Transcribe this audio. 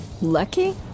Lucky